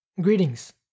Greetings